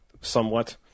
somewhat